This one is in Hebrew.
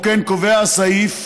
כמו כן קובע הסעיף